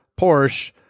Porsche